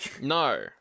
No